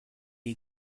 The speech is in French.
est